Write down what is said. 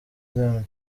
zion